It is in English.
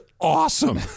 awesome